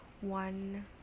one